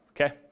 Okay